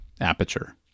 Aperture